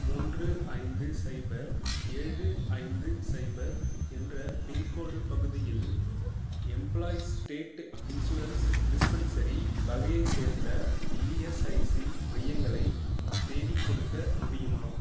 மூன்று ஐந்து சைபர் ஏழு ஐந்து சைபர் என்ற பின்கோடு பகுதியில் எம்ப்ளாயீஸ் ஸ்டேட் இன்சூரன்ஸ் டிஸ்பென்சரி வகையைச் சேர்ந்த இஎஸ்ஐசி மையங்களை தேடிக்கொடுக்க முடியுமா